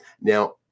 Now